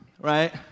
right